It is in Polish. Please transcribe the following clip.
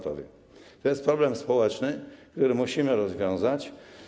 To jest problem społeczny, który musimy rozwiązać.